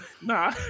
Nah